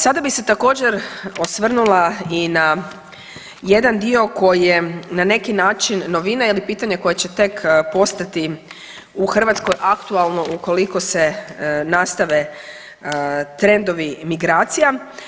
Sada bi se također osvrnula i na jedan dio koji je na neki način novina ili pitanje koje će tek postati u Hrvatskoj aktualno ukoliko se nastave trendovi migracija.